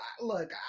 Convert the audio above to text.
look